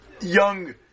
young